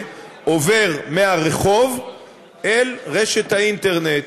עובר מהרחוב אל רשת האינטרנט.